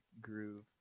groove